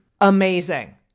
amazing